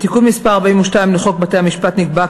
בתיקון מס' 42 לחוק בתי-המשפט נקבע,